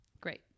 Great